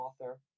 author